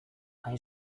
hain